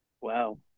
Wow